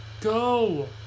Go